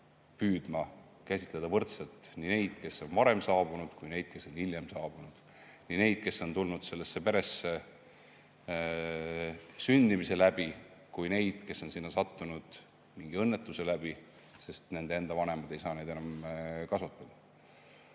püüdma käsitleda võrdselt nii neid, kes on varem saabunud, kui ka neid, kes on hiljem saabunud; nii neid, kes on tulnud peresse sündides, kui ka neid, kes on perre sattunud mingi õnnetuse tõttu, sest nende enda vanemad ei saa neid enam kasvatada.